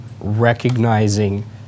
recognizing